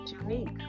unique